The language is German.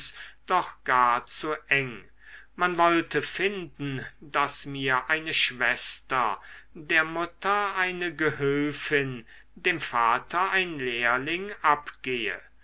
doch gar zu eng man wollte finden daß mir eine schwester der mutter eine gehülfin dem vater ein lehrling abgehe